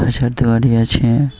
দের বাড়ি আছে